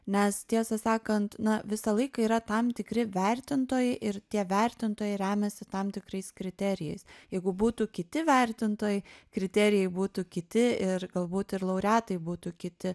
nes tiesą sakant na visą laiką yra tam tikri vertintojai ir tie vertintojai remiasi tam tikrais kriterijais jeigu būtų kiti vertintojai kriterijai būtų kiti ir galbūt ir laureatai būtų kiti